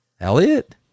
Elliot